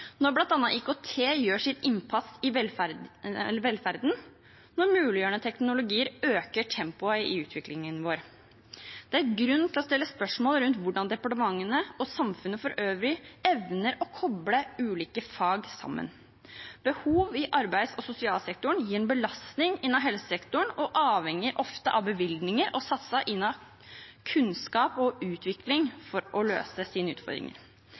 når bl.a. IKT gjør sitt inntog i velferden, og når muliggjørende teknologier øker tempoet i utviklingen vår. Det er grunn til å stille spørsmål rundt hvordan departementene og samfunnet for øvrig evner å koble ulike fag sammen. Behov i arbeids- og sosialsektoren gir en belastning innenfor helsesektoren og avhenger ofte av bevilgninger og satsing innenfor kunnskap og utvikling for å løse sine utfordringer.